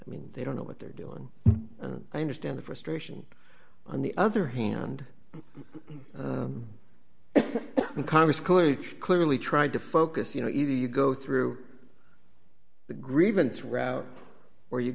i mean they don't know what they're doing and i understand the frustration on the other hand with congress college clearly trying to focus you know either you go through the grievance route or you